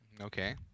Okay